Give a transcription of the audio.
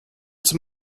zum